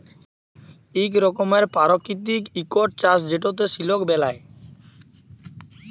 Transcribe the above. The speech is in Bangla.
ইক রকমের পারকিতিক ইকট চাষ যেটতে সিলক বেলায়